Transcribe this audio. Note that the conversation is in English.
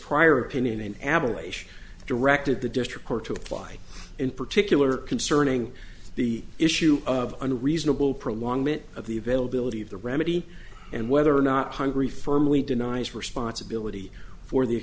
prior opinion an aberration directed the district court to apply in particular concerning the issue of unreasonable prolong it of the availability of the remedy and whether or not hungry firmly denies responsibility for the